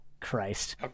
christ